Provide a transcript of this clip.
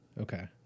Okay